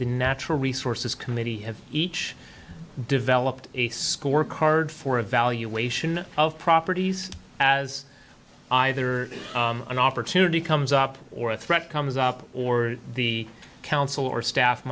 the natural resources committee have each developed a scorecard for evaluation of properties as either an opportunity comes up or a threat comes up or the council or staff